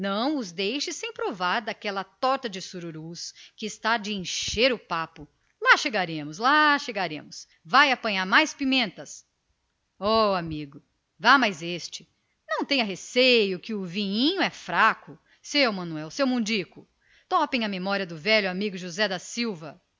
os deixe sem provarem daquela torta de sururus que está de encher o papo lá chegaremos lá chegaremos vai apanhar mais pimentas ó amigo entorne sem receio não tenha medo que o vinhito é fraco seu manuel seu mundico topemos à memória do velho amigo josé da silva